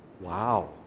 Wow